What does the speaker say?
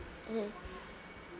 mmhmm